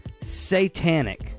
satanic